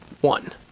one